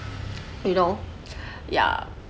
you know ya